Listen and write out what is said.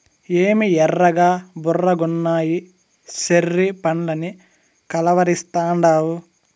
ఏమి ఎర్రగా బుర్రగున్నయ్యి చెర్రీ పండ్లని కలవరిస్తాండావు